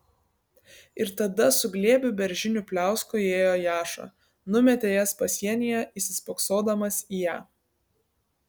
ir tada su glėbiu beržinių pliauskų įėjo jaša numetė jas pasienyje įsispoksodamas į ją